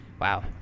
Wow